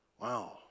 Wow